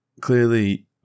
Clearly